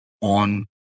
on